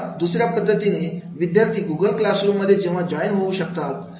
आता दुसऱ्या पद्धतीने विद्यार्थी गूगल क्लास रूम मध्ये जॉईन होऊ शकतात